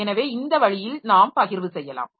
எனவே இந்த வழியில் நாம் பகிர்வு செய்யலாம்